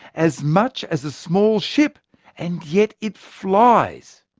as much as a small ship and yet it flies.